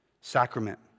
sacrament